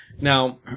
Now